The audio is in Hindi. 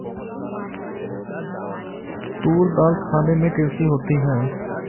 तूर दाल खाने में कैसी होती है?